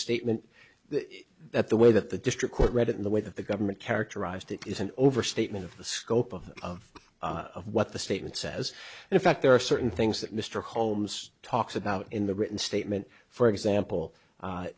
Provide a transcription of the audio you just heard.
statement that the way that the district court read it in the way that the government characterized it is an overstatement of the scope of what the statement says in fact there are certain things that mr holmes talks about in the written statement for example